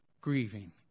grieving